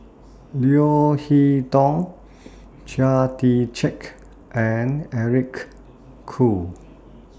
Leo Hee Tong Chia Tee Chiak and Eric Khoo